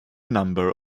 number